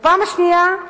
ופעם שנייה,